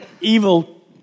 evil